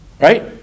Right